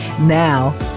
Now